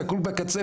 זה הכול בקצפת,